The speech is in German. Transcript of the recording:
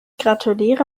gratuliere